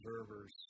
observers